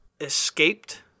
escaped